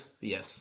Yes